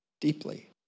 deeply